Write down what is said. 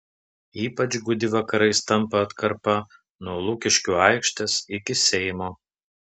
ypač gūdi vakarais tampa atkarpa nuo lukiškių aikštės iki seimo